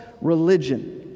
religion